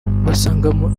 basangamo